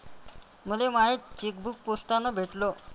मले माय चेकबुक पोस्टानं भेटल